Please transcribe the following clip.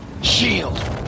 Shield